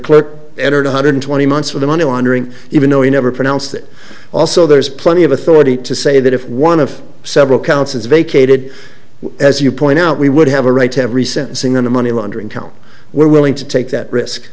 one hundred twenty months for the money laundering even though he never pronounced it also there's plenty of authority to say that if one of several counts is vacated as you point out we would have a right to every sentencing on the money laundering count we're willing to take that risk